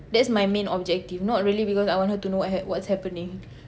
that's my main objective not really because I want her to know what eh what's happening